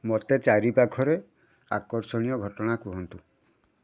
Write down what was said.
ମୋତେ ଚାରିପାଖରେ ଆକର୍ଷଣୀୟ ଘଟଣା କୁହନ୍ତୁ